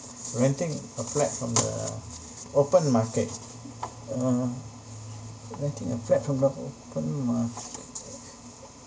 renting a flat from the open market uh renting a flat from the open market